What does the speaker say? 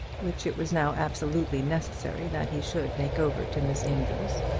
which it was now absolutely necessary that he should make over to miss amedroz,